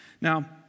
Now